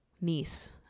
niece